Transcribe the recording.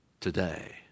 today